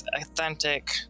authentic